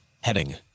heading